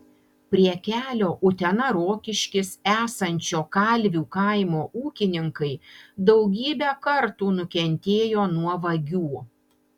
prie kelio utena rokiškis esančio kalvių kaimo ūkininkai daugybę kartų nukentėjo nuo vagių